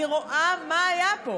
אני רואה מה היה פה,